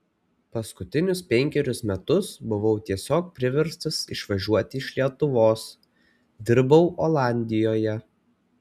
paskutinius penkerius metus buvau tiesiog priverstas išvažiuoti iš lietuvos dirbau olandijoje